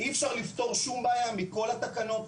אי אפשר לפתור שום בעיה מכל התקנות,